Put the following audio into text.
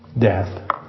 Death